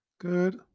good